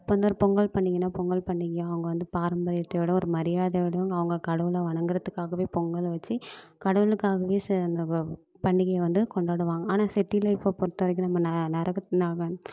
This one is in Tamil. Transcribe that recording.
இப்போ வந்து ஒரு பொங்கல் பண்டிகைனால் பொங்கல் பண்டிகையை அவங்க வந்து பராம்பரியத்தோடோயும் ஒரு மரியாதையோடயும் அவங்க கடவுளை வணங்குறதுக்காகவே பொங்கலை வச்சு கடவுளுக்காகவே பண்டிகையை வந்து கொண்டாடுவாங்க ஆனால் சிட்டி லைஃபை பொறுத்தவரைக்கும் நம்ம ந நரக நகர